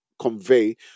convey